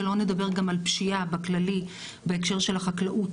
שלא נדבר גם על פשיעה בכללי בהקשר של החקלאות,